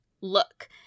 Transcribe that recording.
look